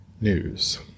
news